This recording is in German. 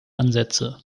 ansätze